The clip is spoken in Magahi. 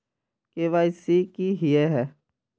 के.वाई.सी की हिये है?